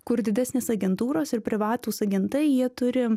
kur didesnės agentūros ir privatūs agentai jie turi